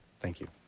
thank you,